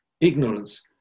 Ignorance